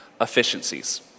efficiencies